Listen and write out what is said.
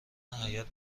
حیات